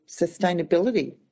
sustainability